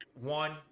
one